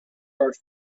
are